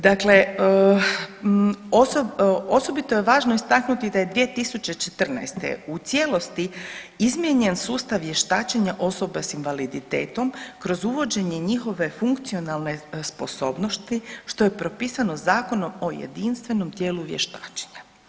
Dakle, osobito je važno istaknuti da je 2014.u cijelosti izmijenjen sustav vještačenja osoba s invaliditetom kroz uvođenje njihove funkcionalne sposobnosti što je propisano Zakonom o jedinstvenom tijelu vještačenja.